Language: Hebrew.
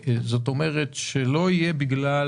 זאת אומרת, שלא תהיה בעיה בגלל